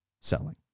selling